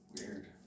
Weird